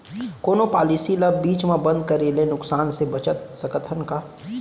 कोनो पॉलिसी ला बीच मा बंद करे ले नुकसान से बचत सकत हन का?